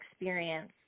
experience